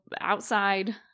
outside